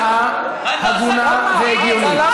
הצעה הגונה והגיונית.